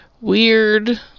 weird